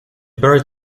buried